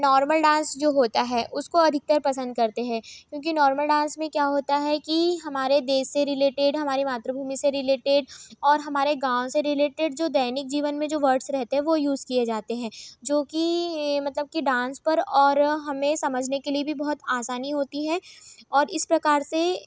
normal dance जो होता है उसको अधिकतर पसंद करते हैं क्योंकि नार्मल डांस में क्या होता है कि हमारे देश से रिलेटेड हमारी मातृभूमि से रिलेटेड और हमारे गांव से रिलेटेड जो दैनिक जीवन में जो वर्ड्स रहते हैं वो यूज किए जाते हैं जो कि मतलब कि डांस पर और हमें समझने के लिए भी बहुत आसानी होती है और इस प्रकार से